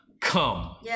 come